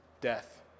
death